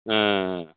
ஆ ஆ